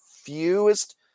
fewest